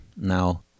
now